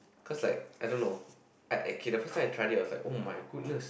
cause like I don't know I I okay the first time I tried it was like [oh]-my-goodness